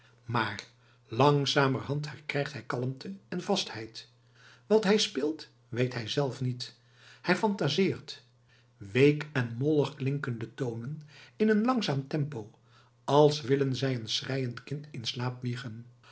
maar langzamerhand herkrijgt hij kalmte en vastheid wat hij speelt weet hij zelf niet hij phantaseert week en mollig klinken de tonen in een langzaam tempo als wilden zij een schreiend kind in slaap wiegen